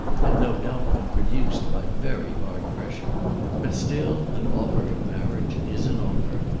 had no doubt been produced by very hard pressure but still an offer of marriage is an offer,